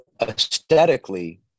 aesthetically